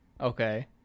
Okay